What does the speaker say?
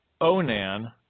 Onan